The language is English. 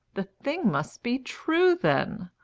the thing must be true then.